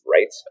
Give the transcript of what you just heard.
Right